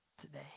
today